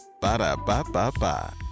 Ba-da-ba-ba-ba